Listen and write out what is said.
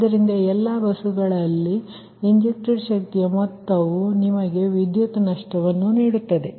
ಆದ್ದರಿಂದ ಎಲ್ಲಾ ಬಸ್ಗಳಲ್ಲಿ ಇಂಜೆಕ್ಟೆಡ್ ಶಕ್ತಿಯ ಮೊತ್ತವು ನಿಮಗೆ ವಿದ್ಯುತ್ ನಷ್ಟವನ್ನು ನೀಡುತ್ತದೆ